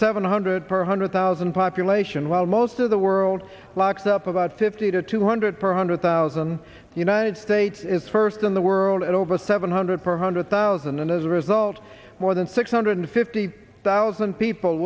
seven hundred per one hundred thousand population while most of the world locked up about fifty to two hundred per hundred thousand the united states is first in the world at over seven hundred per hundred thousand and as a result more than six hundred fifty thousand people